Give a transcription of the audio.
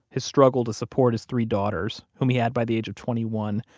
his struggle to support his three daughters, whom he had by the age of twenty one,